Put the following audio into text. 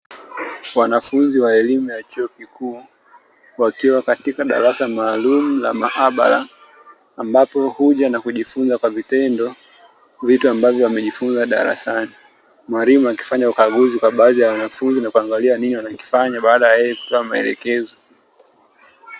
Wanafunzi wa elimu ya chuo kikuu wakiwa katika darasa maalumu la maabara ambapo huja na kujifunza kwa vitendo vitu ambavyo wamejifunza darasani. Mwalimu akifanya ukaguzi kwa baadhi ya wanafunzi na kuangalia nini wanakifanya baada ya yeye kutoa maelekezo.